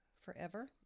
forever